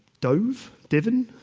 dove diven?